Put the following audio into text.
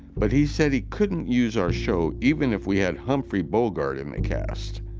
but he said he couldn't use our show even if we had humphrey bogart in the cast.